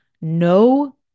no